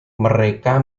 mereka